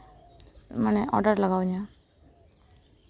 ᱢᱟᱱᱮ ᱚᱰᱟᱨ ᱞᱟᱜᱟᱣ ᱤᱧᱟᱹ